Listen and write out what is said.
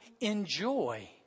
enjoy